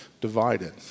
divided